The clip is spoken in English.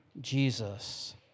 Jesus